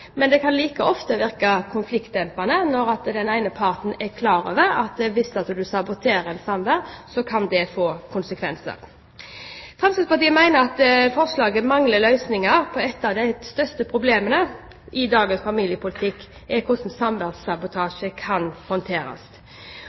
Men det kan like ofte virke konfliktdempende når den ene parten er klar over at hvis man saboterer et samvær, så kan det få konsekvenser. Fremskrittspartiet mener at forslaget mangler løsning på et av de største problemene i dagens familiepolitikk, nemlig hvordan samværssabotasje kan håndteres.